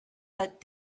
but